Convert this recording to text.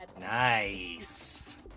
Nice